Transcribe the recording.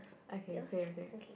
okay same same